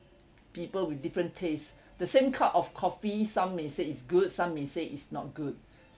people with different taste the same cup of coffee some may say it's good some may say it's not good